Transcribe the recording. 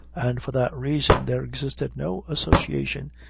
and for that reason there existed no association,